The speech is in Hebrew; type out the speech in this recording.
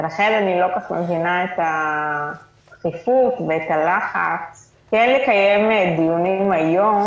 לכן אני לא כל כך מבינה את הדחיפות ואת הלחץ לקיים דיונים היום.